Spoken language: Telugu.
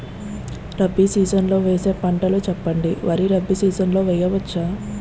రబీ సీజన్ లో వేసే పంటలు చెప్పండి? వరి రబీ సీజన్ లో వేయ వచ్చా?